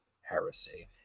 heresy